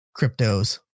cryptos